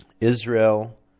Israel